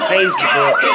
Facebook